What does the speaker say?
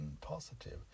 positive